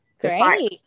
Great